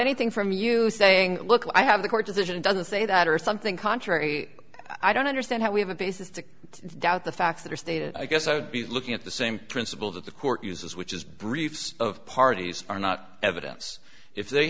anything from you saying look i have the court decision it doesn't say that or something contrary i don't understand how we have a basis to doubt the facts that are stated i guess i would be looking at the same principle that the court uses which is briefs of parties are not evidence if they